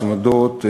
הצמדות,